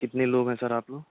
کتنے لوگ ہیں سر آپ لوگ